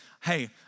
hey